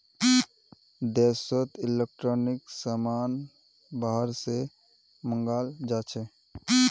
देशोत इलेक्ट्रॉनिक समान बाहर से मँगाल जाछे